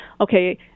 okay